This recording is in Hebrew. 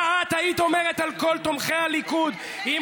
מה את היית אומרת על כל תומכי הליכוד, שקט, שקט.